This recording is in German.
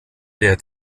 der